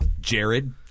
Jared